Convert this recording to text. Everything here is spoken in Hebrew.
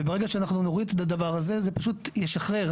וברגע שאנחנו נוריד את הדבר הזה, זה פשוט ישחרר.